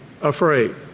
afraid